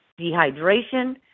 dehydration